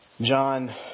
John